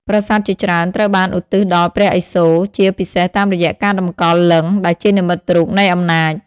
ប្រាសាទជាច្រើនត្រូវបានឧទ្ទិសដល់ព្រះឥសូរ ជាពិសេសតាមរយៈការតម្កល់លិង្គ ដែលជានិមិត្តរូបនៃអំណាច។